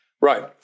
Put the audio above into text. Right